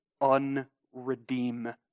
unredeem